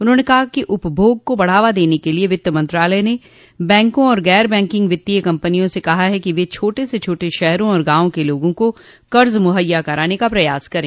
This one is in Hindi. उन्होंने कहा कि उपभोग को बढ़ावा देने के लिए वित्त् मंत्रालय ने बैंकों और गैर बैंकिंग वित्तीय कंपनियों से कहा है कि वे छोटे से छोटे शहरों और गांवों के लोगों को कर्ज मुहैया कराने का प्रयास करें